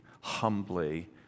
humbly